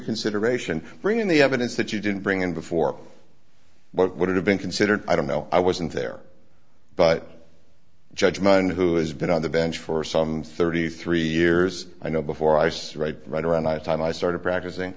reconsideration bring in the evidence that you didn't bring in before but would it have been considered i don't know i wasn't there but judge monday who has been on the bench for some thirty three years i know before i said right right around the time i started practicing